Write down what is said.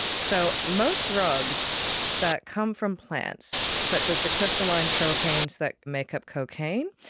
so most drugs that come from plants, such as the crystalline tropanes that make up cocaine,